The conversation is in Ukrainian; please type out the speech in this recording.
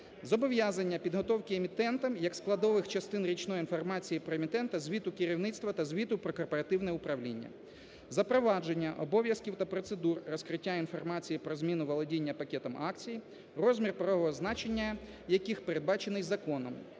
Зобов'язання підготовки емітентам як складових частин річної інформації про емітента звіту керівництва та звіту про корпоративне управління. Запровадження обов'язків та процедур розкриття інформації про зміну володіння пакетом акцій, розмір правового значення, який передбачений законом